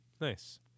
Nice